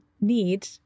need